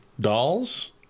dolls